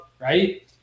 right